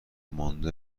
مانده